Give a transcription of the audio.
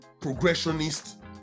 progressionist